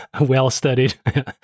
well-studied